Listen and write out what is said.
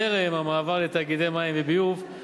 טרם המעבר לתאגידי מים וביוב,